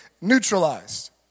neutralized